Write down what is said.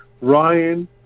Ryan